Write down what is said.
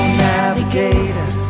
navigator